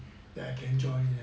that I can join